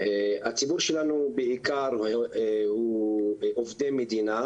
הציבור שלנו בעיקר הוא עובדי מדינה